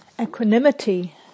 equanimity